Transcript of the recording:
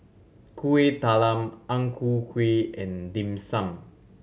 Kuih Talam Ang Ku Kueh and Dim Sum